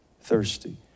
thirsty